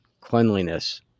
cleanliness